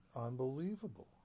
unbelievable